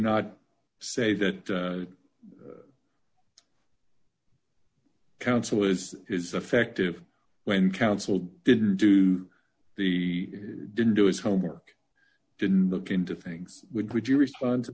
not say that counsel was his effective when counsel didn't do the didn't do his homework didn't look into things would you respond to